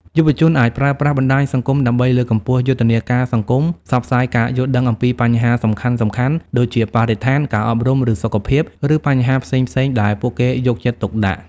យុវជនអាចប្រើប្រាស់បណ្ដាញសង្គមដើម្បី លើកកម្ពស់យុទ្ធនាការសង្គម ផ្សព្វផ្សាយការយល់ដឹងអំពីបញ្ហាសំខាន់ៗ ដូចជាបរិស្ថាន ការអប់រំ ឬសុខភាព ឬ បញ្ហាផ្សេងៗដែលពួកគេយកចិត្តទុកដាក់។